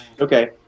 Okay